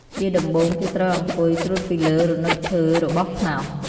ជាដំបូង គេត្រូវអង្គុយត្រួតពីលើរនុកឈើរបស់ខ្នោស។